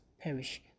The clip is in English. perish